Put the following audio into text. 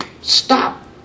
stop